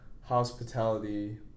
hospitality